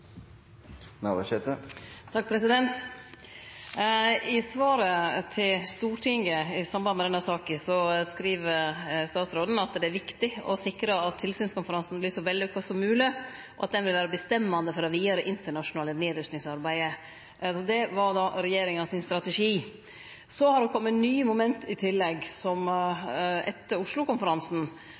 I svaret til Stortinget i samband med denne saka, skriv statsråden at det er viktig å sikre at tilsynskonferansen vert så vellukka som mogleg, og at han vil vere bestemmande for det vidare internasjonale nedrustingsarbeidet. Det var regjeringa sin strategi. Så har det kome nye moment i tillegg, etter